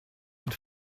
but